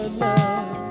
love